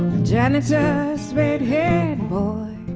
janitor's red-haired boy